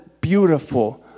beautiful